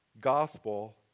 gospel